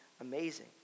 amazing